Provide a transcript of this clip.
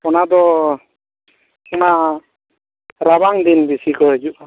ᱚᱱᱟ ᱫᱚ ᱚᱱᱟ ᱨᱟᱵᱟᱝ ᱫᱤᱱ ᱵᱤᱥᱤ ᱠᱚ ᱦᱤᱡᱩᱜᱼᱟ